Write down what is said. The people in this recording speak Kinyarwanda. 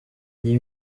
iyi